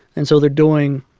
and so they're doing